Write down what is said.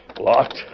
Locked